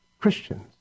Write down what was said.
Christians